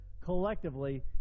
collectively